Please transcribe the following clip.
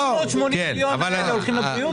380 מיליון השקלים האלה הולכים לבריאות?